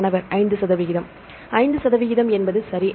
மாணவர் 5 சதவிகிதம் 5 சதவிகிதம் என்பது சரி